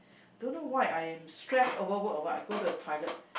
don't know why I am stress over work or what I go to the toilet